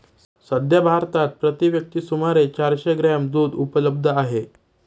सध्या भारतात प्रति व्यक्ती सुमारे चारशे ग्रॅम दूध उपलब्ध आहे